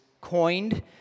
coined